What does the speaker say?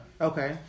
Okay